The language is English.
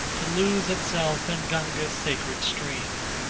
to lose itself in gunga's sacred stream.